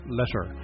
letter